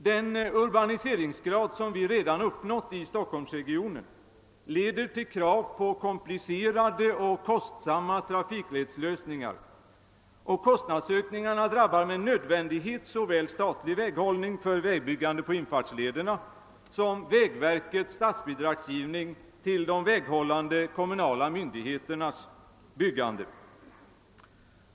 Den urbaniseringsgrad som redan uppnåtts inom Stockholmsregionen leder till krav på komplicerade och kostsamma trafikledslösningar, och kostnadsökningarna drabbar med nödvändighet såväl statlig väghållning för byggande av infartsleder som vägverkets statsbidragsgivning till de väghållande kommunala myndigheternas byggande.